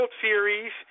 Series